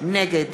נגד